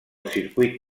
circuit